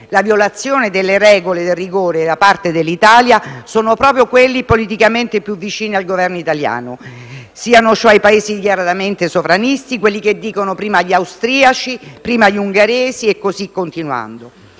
la violazione delle regole del rigore da parte dell'Italia sono proprio quelli politicamente più vicini al Governo italiano, ovvero i Paesi dichiaratamente sovranisti, che dicono «prima gli austriaci», «prima gli ungheresi» e così continuando.